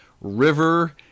river